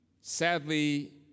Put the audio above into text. Sadly